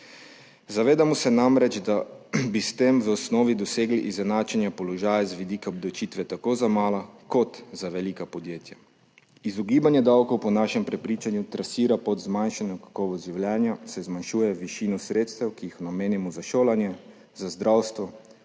Zavedamo se namreč, da bi s tem v osnovi dosegli izenačene položaja z vidika obdavčitve tako za mala kot za velika podjetja. Izogibanje davkov po našem prepričanju trasira pot zmanjšanju kakovosti življenja, saj zmanjšuje višino sredstev, ki jih namenimo za šolanje, za zdravstvo,